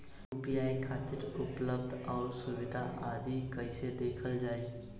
UPI खातिर उपलब्ध आउर सुविधा आदि कइसे देखल जाइ?